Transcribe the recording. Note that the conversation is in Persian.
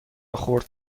خرد